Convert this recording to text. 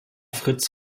fritz